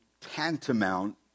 tantamount